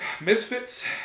Misfits